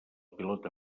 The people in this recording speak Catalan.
pilota